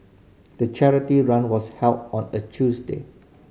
the charity run was held on a Tuesday